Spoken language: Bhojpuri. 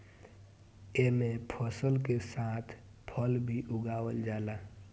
एमे फसल के साथ फल भी उगावल जाला